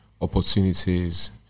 opportunities